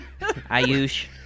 Ayush